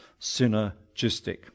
synergistic